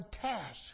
task